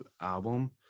album